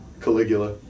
Caligula